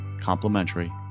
complimentary